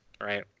right